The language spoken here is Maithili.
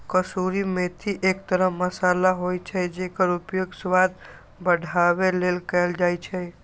कसूरी मेथी एक तरह मसाला होइ छै, जेकर उपयोग स्वाद बढ़ाबै लेल कैल जाइ छै